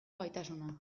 gaitasuna